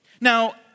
Now